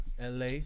LA